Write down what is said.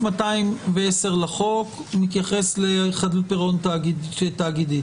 סעיף 210 לחוק מתייחס לחדלות פירעון של תאגידים.